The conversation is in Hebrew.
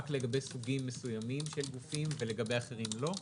לגבי סוגים מסוימים של גופים ולגבי אחרים לא?